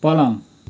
पलङ